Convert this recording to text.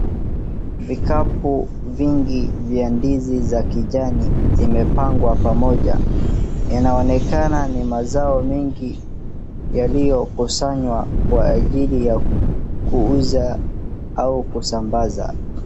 Vikapu vingi vya vindizi vya kijani vimepangwa pamoja. Inaonekana ni mazao mengi yaliyokusanywa kwa ajili ya kuuza au kusambaza.